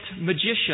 magician